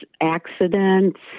accidents